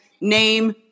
name